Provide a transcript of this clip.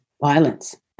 violence